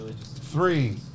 three